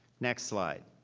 next slide.